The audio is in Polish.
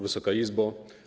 Wysoka Izbo!